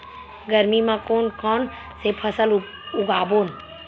गरमी मा कोन कौन से फसल उगाबोन?